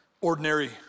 ordinary